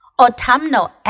autumnal